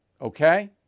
okay